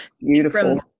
beautiful